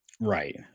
Right